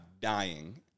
dying